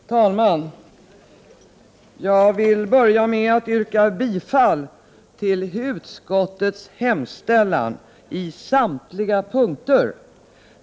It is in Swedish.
Herr talman! Jag vill börja med att yrka bifall till utskottets hemställan på samtliga punkter.